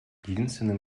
единственным